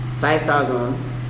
Five-thousand